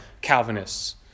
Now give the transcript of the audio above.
Calvinists